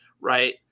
right